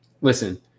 listen